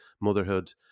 motherhood